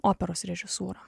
operos režisūra